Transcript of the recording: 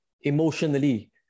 emotionally